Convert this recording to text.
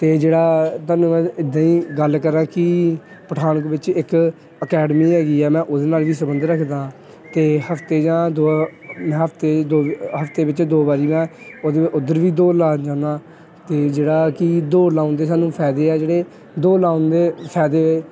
ਅਤੇ ਜਿਹੜਾ ਤੁਹਾਨੂੰ ਮੈਂ ਇੱਦਾਂ ਹੀ ਗੱਲ ਕਰਾਂ ਕਿ ਪਠਾਨਕੋਟ ਵਿੱਚ ਇੱਕ ਅਕੈਡਮੀ ਹੈਗੀ ਹੈ ਮੈਂ ਓਹਦੇ ਨਾਲ ਵੀ ਸੰਬੰਧ ਰੱਖਦਾ ਅਤੇ ਹਫ਼ਤੇ ਜਾਂ ਦੋ ਹਫ਼ਤੇ ਦੋ ਹਫ਼ਤੇ ਵਿੱਚ ਦੋ ਵਾਰੀ ਮੈਂ ਜਿਵੇਂ ਉੱਧਰ ਵੀ ਦੌੜ ਲਾਣ ਜਾਂਦਾ ਅਤੇ ਜਿਹੜਾ ਕਿ ਦੌੜ ਲਾਉਣ ਦੇ ਸਾਨੂੰ ਫਾਇਦੇ ਹੈ ਜਿਹੜੇ ਦੌੜ ਲਾਉਣ ਦੇ ਫਾਇਦੇ